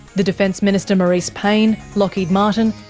the defence minister marise payne, lockheed martin,